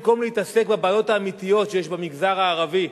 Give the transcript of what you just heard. במקום להתעסק בבעיות האמיתיות שיש במגזר הערבי,